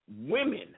women